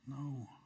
No